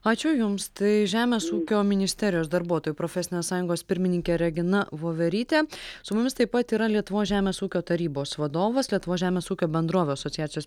ačiū jums tai žemės ūkio ministerijos darbuotojų profesinės sąjungos pirmininkė regina voverytė su mumis taip pat yra lietuvos žemės ūkio tarybos vadovas lietuvos žemės ūkio bendrovių asociacijos